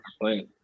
playing